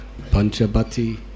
Panchabati